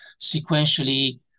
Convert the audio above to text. sequentially